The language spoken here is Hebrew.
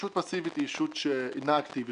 ישות פסיבית היא ישות שאינה אקטיבית,